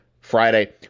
Friday